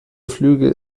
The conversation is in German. flüge